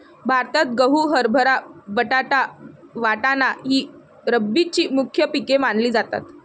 भारतात गहू, हरभरा, बटाटा, वाटाणा ही रब्बीची मुख्य पिके मानली जातात